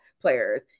players